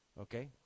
Okay